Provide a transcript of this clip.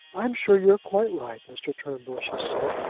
i am sure you are quite right, mr. turnbull, she said,